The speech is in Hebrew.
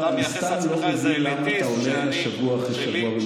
אני סתם לא מבין למה אתה עולה שבוע אחרי שבוע ומדבר ככה.